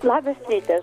labas rytas